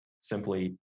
simply